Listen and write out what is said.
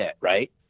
right